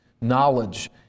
knowledge